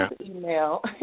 email